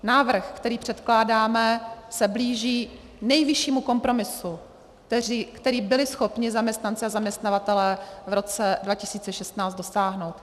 Návrh, který předkládáme, se blíží nejvyššímu kompromisu, který byli schopni zaměstnanci a zaměstnavatelé v roce 2016 dosáhnout.